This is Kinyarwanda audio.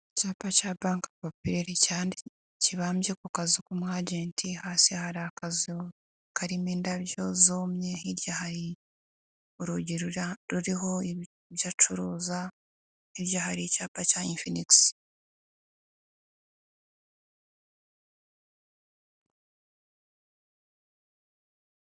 Icyapa cya banke popereri kibambye ku kazi k'umu agenti, hasi hari akazu karimo indabyo zumye, hirya hari urugi ruriho ibyo acuruza, hirya hari icyapa cya imfinigisi.